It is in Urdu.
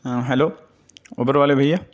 ہاں ہیلو اوبر والے بھیا